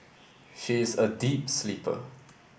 she is a deep sleeper